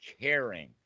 caring